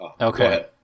Okay